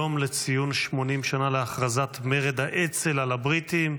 יום לציון 80 שנה להכרזת מרד האצ"ל על הבריטים.